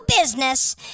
business